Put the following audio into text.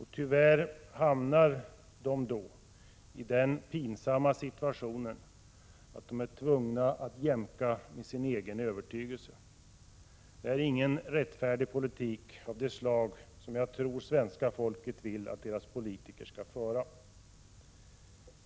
Tyvärr hamnar de då i den pinsamma situationen att de är tvungna att jämka med sin egen övertygelse. Det är ingen rättfärdig politik av det slag som jag tror att svenska folket vill att dess politiker skall föra.